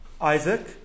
Isaac